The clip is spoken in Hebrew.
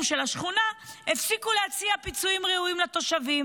של השכונה הפסיקו להציע פיצויים ראויים לתושבים,